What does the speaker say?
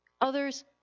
Others